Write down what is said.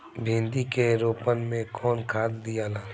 भिंदी के रोपन मे कौन खाद दियाला?